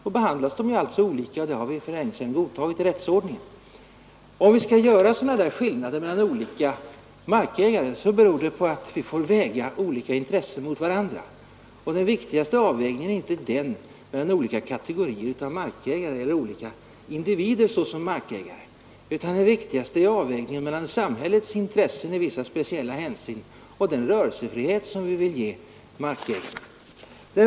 Då behandlas de alltså olika, och det har vi för länge sedan godtagit i rättsordningen. Om vi skall göra sådana där skillnader mellan olika markägare så beror det på att vi får väga olika intressen mot varandra. Den viktigaste avvägningen är inte den mellan olika kategorier av markägare eller olika individer såsom markägare. Det viktigaste är avvägningen mellan samhällets intressen i vissa speciella hänseenden och den rörelsefrihet som man vill ge markägaren.